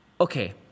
okay